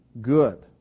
good